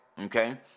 Okay